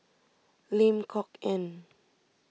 Lim Kok Ann